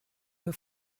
your